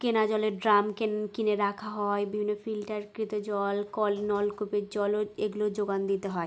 কেনা জলের ড্রাম কিনে রাখা হয় বিভিন্ন ফিল্টারকৃত জল কল নলকূপের জলও এগুলোর জোগান দিতে হয়